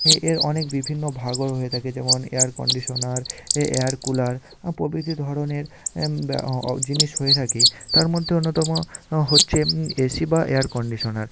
হ্যাঁ এর অনেক বিভিন্ন ভাগ ও হয়ে থাকে যেমন এয়ার কন্ডিশনার এ এয়ার কুলার প্রভৃতি ধরনের ব জিনিস হয়ে থাকে তার মধ্যে অন্যতম হচ্ছে এসি বা এয়ার কন্ডিশনার